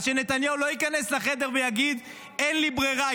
אז שנתניהו לא ייכנס לחדר ויגיד: אין לי ברירה.